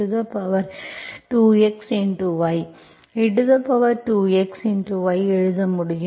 y எழுத முடியும்